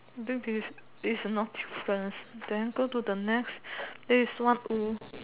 I think this is is not difference then go to the next this one oo